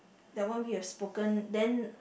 that one we have spoken then